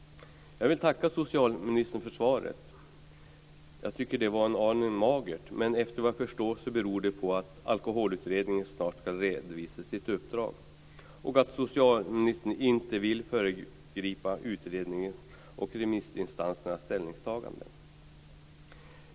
Jag vill tacka socialministern för svaret. Jag tycker att det var en aning magert. Men såvitt jag förstår beror det på att Alkoholutredningen snart ska redovisa sitt uppdrag och att socialministern inte vill föregripa utredningens och remissinstansernas ställningstagande.